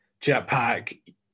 jetpack